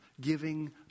giving